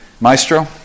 maestro